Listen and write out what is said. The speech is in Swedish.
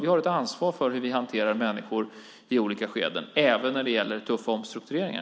Vi har ett ansvar för hur vi i olika skeden hanterar människor även när det gäller tuffa omstruktureringar.